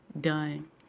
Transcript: done